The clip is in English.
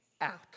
out